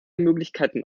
möglichkeiten